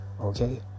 Okay